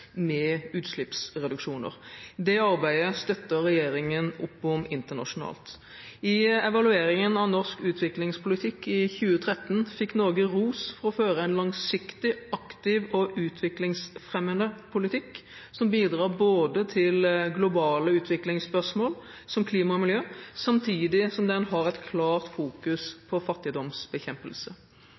med utslippsreduksjoner. Det arbeidet støtter regjeringen opp om internasjonalt. I evalueringen av norsk utviklingspolitikk i 2013 fikk Norge ros for å føre en langsiktig, aktiv og utviklingsfremmende politikk som bidrar til globale utviklingsspørsmål, som klima og miljø, samtidig som den har et klart fokus på fattigdomsbekjempelse. Det viktigste virkemiddelet i landenes fattigdomsbekjempelse